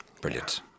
Brilliant